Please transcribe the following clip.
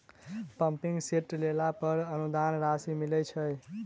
Pumping set लेला पर अनुदान राशि मिलय छैय?